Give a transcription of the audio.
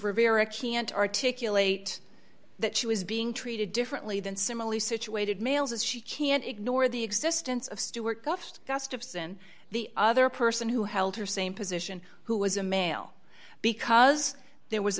rivera can't articulate that she was being treated differently than similarly situated males is she can't ignore the existence of stewart gov gustafson the other person who held her same position who was a male because there was